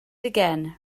again